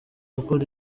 gukura